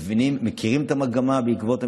מבינים ומכירים את המגמה בעקבות המלחמה,